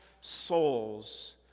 souls